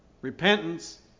repentance